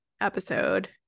episode